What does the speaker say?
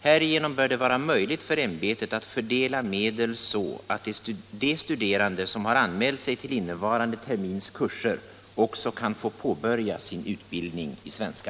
Härigenom bör det vara möjligt för ämbetet att fördela medel så att de studerande som har anmält sig till innevarande termins kurser också kan få påbörja sin utbildning i svenska.